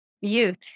youth